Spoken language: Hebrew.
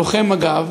לוחם מג"ב,